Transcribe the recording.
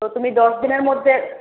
তো তুমি দশ দিনের মধ্যে